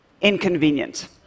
inconvenient